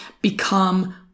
become